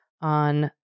on